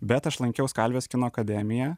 bet aš lankiau skalvijos kino akademiją